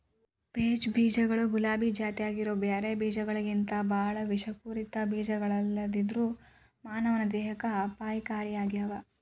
peach ಬೇಜಗಳು ಗುಲಾಬಿ ಜಾತ್ಯಾಗಿರೋ ಬ್ಯಾರೆ ಬೇಜಗಳಿಗಿಂತಬಾಳ ವಿಷಪೂರಿತ ಬೇಜಗಳಲ್ಲದೆದ್ರು ಮಾನವನ ದೇಹಕ್ಕೆ ಅಪಾಯಕಾರಿಯಾಗ್ಯಾವ